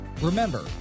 Remember